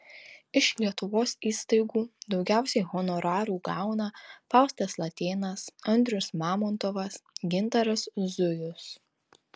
iš lietuvos įstaigų daugiausiai honorarų gauna faustas latėnas andrius mamontovas gintaras zujus